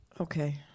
Okay